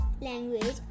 language